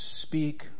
speak